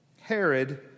Herod